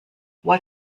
what